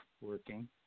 working